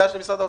היטל.